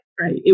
Right